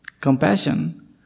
compassion